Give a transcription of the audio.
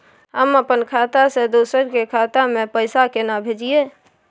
हम अपन खाता से दोसर के खाता में पैसा केना भेजिए?